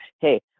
hey